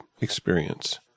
experience